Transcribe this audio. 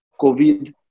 COVID